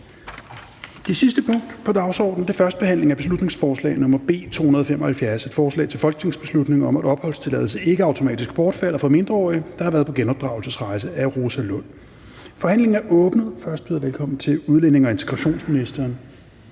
Det sidste punkt på dagsordenen er: 8) 1. behandling af beslutningsforslag nr. B 275: Forslag til folketingsbeslutning om, at opholdstilladelse ikke automatisk bortfalder for mindreårige, der har været på genopdragelsesrejse. Af Rosa Lund (EL) m.fl. (Fremsættelse 09.03.2021). Kl. 16:00 Forhandling Tredje